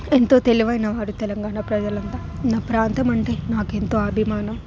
ఎంతో తెలివైన వాడు తెలంగాణ ప్రజలంతా మా ప్రాంతం అంటే నాకెంతో అభిమానం